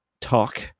talk